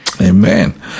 Amen